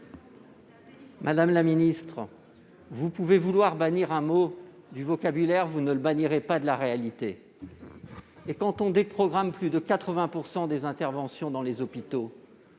Madame la ministre, vous pouvez bannir un mot du vocabulaire, mais vous ne le bannirez pas de la réalité ! En déprogrammant plus de 80 % des interventions dans les hôpitaux,